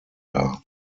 dar